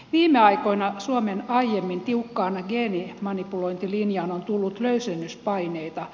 viime aikoina suomen aiemmin tiukkaan geenimanipulointilinjaan on tullut löysennyspaineita